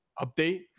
update